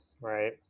right